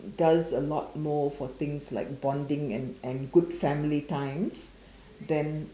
does a lot more for things like bonding and and good family times then